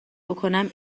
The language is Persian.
بکنم